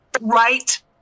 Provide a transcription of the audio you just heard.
right